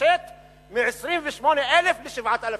התפשט מ-28,000 ל-7,000.